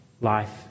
life